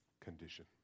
Condition